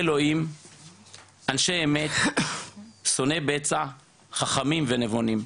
אלוהים אנשי אמת שונאי בצע חכמים ונבונים,